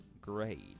grade